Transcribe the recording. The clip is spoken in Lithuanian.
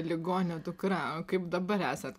ligonio dukra o kaip dabar esat